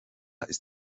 ist